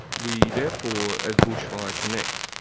we therefore, as bushfire connect,